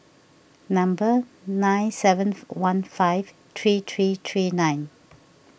number nine seven one five three three three nine